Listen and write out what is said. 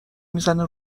میزنه